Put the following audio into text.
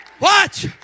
Watch